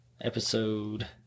Episode